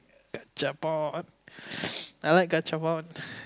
gachapon I like gachapon